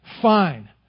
fine